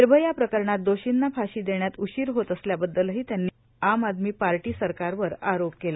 विर्भया प्रकरणात दोषींना फाशी देण्यात उशीर होत असल्याबद्दलठी त्यांनी आम आदमी पार्टी सरकारवर आरोप केला